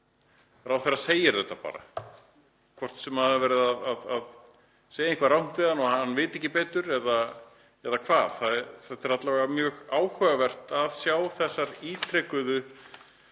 Ráðherra segir þetta bara, hvort sem verið er að segja eitthvað rangt við hann og hann veit ekki betur eða hvað. Það er alla vega mjög áhugavert að sjá þessar ítrekuðu